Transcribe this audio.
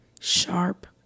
sharp